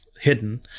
hidden